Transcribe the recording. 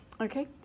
okay